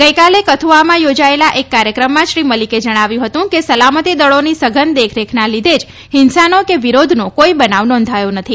ગઇકાલે કથુઆમાં યોજાયેલા એક કાર્યક્રમમાં શ્રી મલિકે જણાવ્યું હતું કે સલામતી દળોની સઘન દેખરેખના લીધે જ હિંસાનો કે વિરોધનો કોઇ બનાવ નોંધાયો નથી